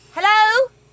Hello